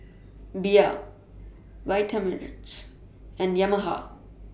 Bia Vitamix and Yamaha